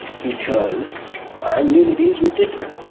because our immunities were different.